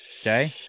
Okay